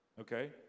Okay